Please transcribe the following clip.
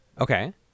Okay